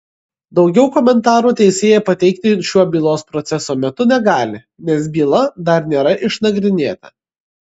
daugiau komentarų teisėja pateikti šiuo bylos proceso metu negali nes byla dar nėra išnagrinėta